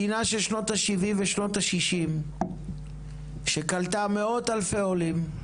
מדינה של שנות ה-70 ושנות ה-60 שקלטה מאות אלפי עולים.